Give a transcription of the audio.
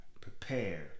prepare